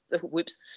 Whoops